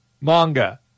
manga